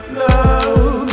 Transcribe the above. love